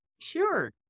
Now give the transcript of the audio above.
Sure